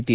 T